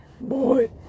boy